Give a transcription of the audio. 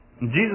Jesus